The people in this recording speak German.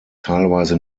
teilweise